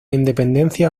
independencia